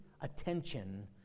attention